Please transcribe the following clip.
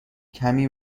کمی